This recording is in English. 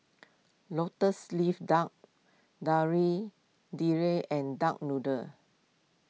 Lotus Leaf Duck Kari Debal and Duck Noodle